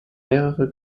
mehrere